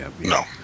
No